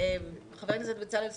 חבר הכנסת בצלאל סמוטריץ'